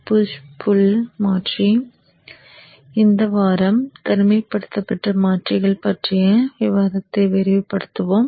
push pull மாற்றி இந்த வாரம் தனிமைப்படுத்தப்பட்ட மாற்றிகள் பற்றிய விவாதத்தை விரிவுபடுத்துவோம்